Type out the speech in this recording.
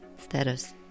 status